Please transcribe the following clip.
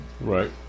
Right